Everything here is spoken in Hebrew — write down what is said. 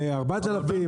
ל-4,000,